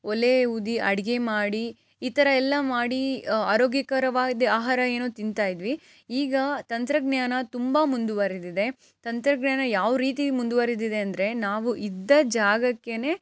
ಒಲೆ ಊದಿ ಅಡುಗೆ ಮಾಡಿ ಈ ಥರ ಎಲ್ಲ ಮಾಡಿ ಆರೋಗ್ಯಕರವಾದ ಆಹಾರ ಏನೋ ತಿಂತಾಯಿದ್ವಿ ಈಗ ತಂತ್ರಜ್ಞಾನ ತುಂಬಾ ಮುಂದುವರೆದಿದೆ ತಂತ್ರಜ್ಞಾನ ಯಾವ ರೀತಿ ಮುಂದುವರಿದಿದೆ ಅಂದರೆ ನಾವು ಇದ್ದ ಜಾಗಕ್ಕೆ